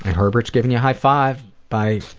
herbert's giving you a high five by